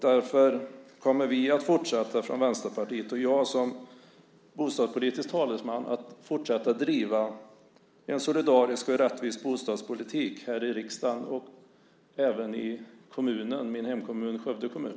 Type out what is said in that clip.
Därför kommer vi från Vänsterpartiets sida och jag som bostadspolitisk talesman att fortsätta driva en solidarisk och rättvis bostadspolitik här i riksdagen och även i min hemkommun, Skövde kommun.